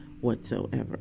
whatsoever